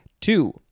Two